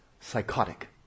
psychotic